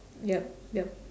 yup yup